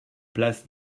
place